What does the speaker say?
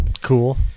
Cool